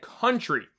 country